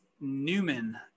Newman